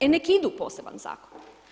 E nek idu u poseban zakon.